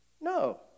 No